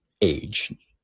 age